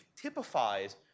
typifies